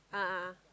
a'ah ah